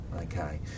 Okay